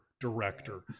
director